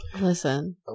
listen